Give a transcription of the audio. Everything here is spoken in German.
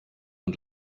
und